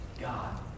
God